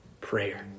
prayer